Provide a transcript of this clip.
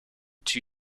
two